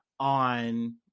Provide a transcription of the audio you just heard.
on